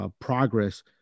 progress